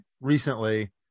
recently